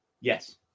Yes